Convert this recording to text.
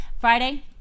Friday